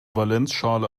valenzschale